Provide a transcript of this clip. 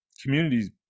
Communities